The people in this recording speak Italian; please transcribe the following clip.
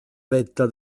vetta